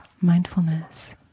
mindfulness